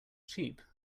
cheap